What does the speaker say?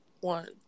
one